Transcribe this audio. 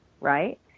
right